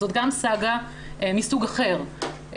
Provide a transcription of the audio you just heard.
זאת גם סאגה מסוג אחר.